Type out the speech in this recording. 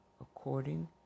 according